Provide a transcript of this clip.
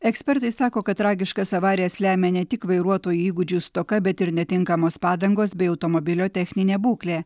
ekspertai sako kad tragiškas avarijas lemia ne tik vairuotojų įgūdžių stoka bet ir netinkamos padangos bei automobilio techninė būklė